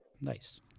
Nice